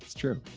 true.